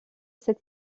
cette